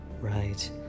Right